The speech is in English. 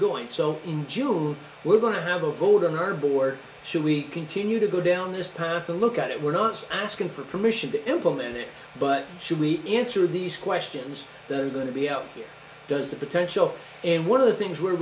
going so in june we're going to have a vote on our board should we continue to go down this path and look at it we're not asking for permission to implement it but should we answer these questions that are going to be out there does that potential and one of the things we're